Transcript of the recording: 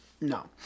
No